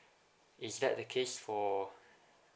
is that the case for